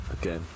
Okay